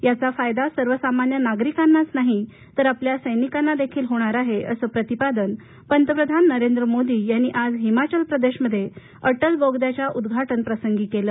याचा फायदा सर्वसामान्य नागरिकांनाच नाही तर आपल्या सैनिकांना देखील होणार आहे असं प्रतिपादन पंतप्रधान नरेंद्र मोदी यांनी आज हिमाचल प्रदेशमध्ये अटल बोगद्याच्या उदघाटन प्रसंगी केलं